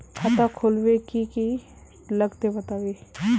खाता खोलवे के की की लगते बतावे?